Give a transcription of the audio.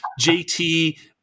JT